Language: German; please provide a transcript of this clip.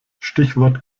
stichwort